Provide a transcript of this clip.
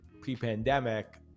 pre-pandemic